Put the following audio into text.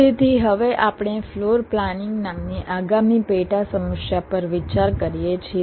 તેથી હવે આપણે ફ્લોર પ્લાનિંગ નામની આગામી પેટા સમસ્યા પર વિચાર કરીએ છીએ